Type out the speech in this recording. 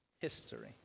history